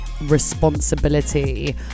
responsibility